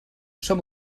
som